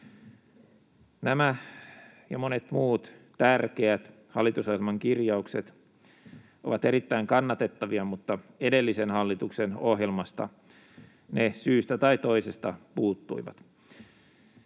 Nämä ja monet muut tärkeät hallitusohjelman kirjaukset ovat erittäin kannatettavia, mutta edellisen hallituksen ohjelmasta ne syystä tai toisesta puuttuivat.